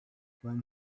when